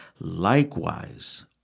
Likewise